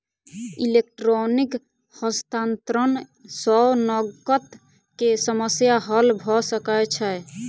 electronic हस्तांतरण सॅ नकद के समस्या हल भ सकै छै